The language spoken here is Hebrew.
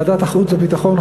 ועדת החוץ והביטחון,